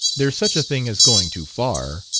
there's such a thing as going too far.